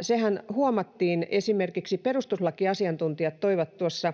Sehän huomattiin, kun esimerkiksi perustuslakiasiantuntijat toivat tuossa